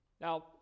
Now